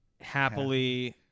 happily